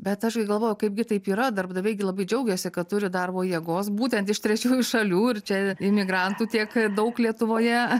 bet aš galvoju kaipgi taip yra darbdaviai labai džiaugiasi kad turi darbo jėgos būtent iš trečiųjų šalių ir čia imigrantų tiek daug lietuvoje